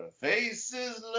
Faces